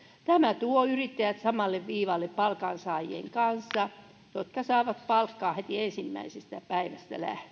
tämä tuo yrittäjät samalle viivalle palkansaajien kanssa jotka saavat palkkaa heti ensimmäisestä päivästä